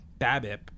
BABIP